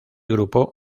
grupo